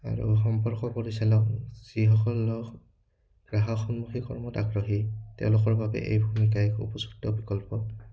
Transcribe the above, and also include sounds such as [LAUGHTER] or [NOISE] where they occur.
আৰু সম্পৰ্ক পৰিচালক যিসকলক [UNINTELLIGIBLE] গ্ৰাহক সন্মুখীন কৰ্মত আগ্ৰহী তেওঁলোকৰ বাবে এই ভূমিকাই উপযুক্ত বিকল্প